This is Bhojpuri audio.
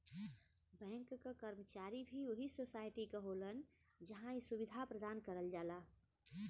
बैंक क कर्मचारी भी वही सोसाइटी क होलन जहां इ सुविधा प्रदान करल जाला